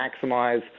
maximize